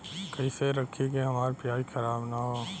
कइसे रखी कि हमार प्याज खराब न हो?